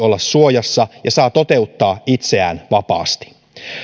olla suojassa ja saa toteuttaa itseään vapaasti